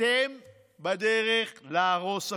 אתם בדרך להרוס הכול,